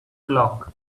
clock